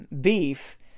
beef